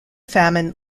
famine